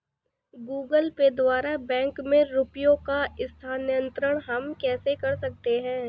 Google Pay द्वारा bank में रुपयों का स्थानांतरण हम कैसे कर सकते हैं?